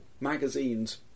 magazines